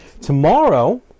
Tomorrow